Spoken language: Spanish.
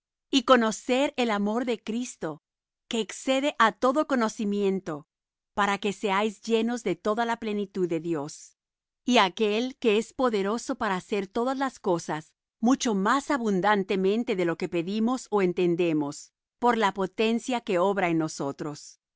y conocer el amor de cristo que excede á todo conocimiento para que seáis llenos de toda la plenitud de dios y á aquel que es poderoso para hacer todas las cosas mucho más abundantemente de lo que pedimos ó entendemos por la potencia que obra en nosotros